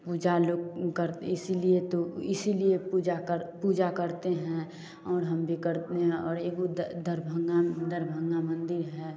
पूजा लोग करते इसीलिए तो इसी लिए पूजा कर पूजा करते हैं और हम भी करते हैं और एक दरभंगा में दरभंगा मंदिर है